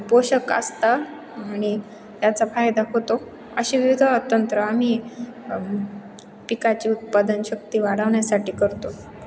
पोषक असता आणि त्याचा फायदा होतो अशी विविध तंत्र आम्ही पिकाची उत्पादन शक्ती वाढवण्यासाठी करतो